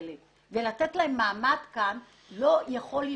האלה ולתת להם מעמד כאן לא יכול להימשך.